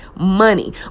Money